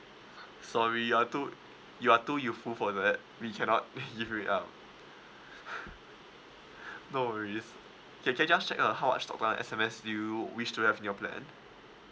sorry you're too you are too youthful for that we cannot give you now no worries okay can I just check uh how much talk time S_M_S do you wish to have in your plan